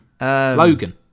Logan